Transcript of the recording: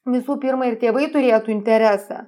visų pirma ir tėvai turėtų interesą